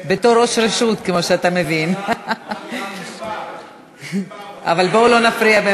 בתור ראש רשות, כמו שאתה מבין, אבל בואו לא נפריע.